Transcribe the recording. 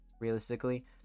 realistically